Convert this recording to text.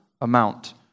amount